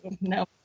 No